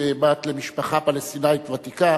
כבת למשפחה פלסטינית ותיקה,